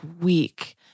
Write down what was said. week